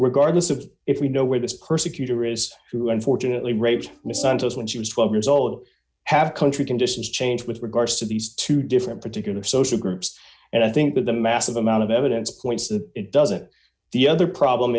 regardless of if we know where this persecutor is true unfortunately rage misato is when she was twelve years old have country conditions change with regards to these two different particular social groups and i think that the massive amount of evidence points that it doesn't the other problem